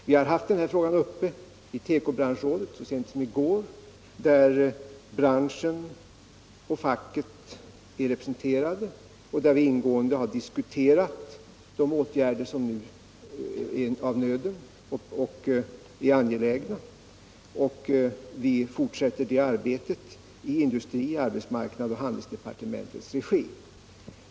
Vi hade så sent som i går frågan uppe i tekobranschrådet, där branschen och facket är representerade och där vi ingående diskuterade de åtgärder som nu är av nöden. Vi fortsätter det arbetet i industri-, arbetsmarknads och handelsdepartementens regi.